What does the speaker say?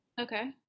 Okay